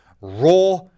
Raw